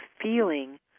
feeling